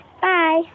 Bye